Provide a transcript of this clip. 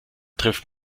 trifft